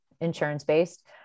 insurance-based